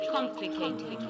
Complicated